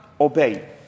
obey